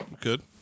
Good